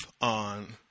on